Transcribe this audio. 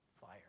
fire